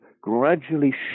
gradually